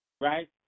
right